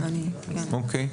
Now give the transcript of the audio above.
אוקיי.